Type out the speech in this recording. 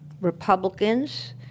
Republicans